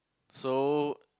so